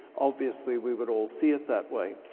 obviously we would all see it that way.